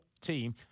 team